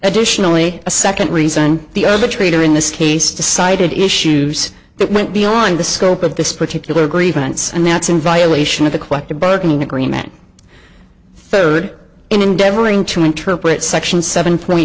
additionally a second reason the other trader in this case decided issues that went beyond the scope of this particular grievance and that's in violation of the collective bargaining agreement third in endeavoring to interpret section seven